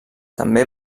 també